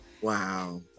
Wow